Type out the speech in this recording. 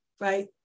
right